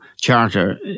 charter